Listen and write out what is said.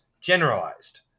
generalized